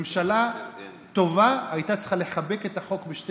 ממשלה טובה הייתה צריכה לחבק את החוק בשתי